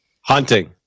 hunting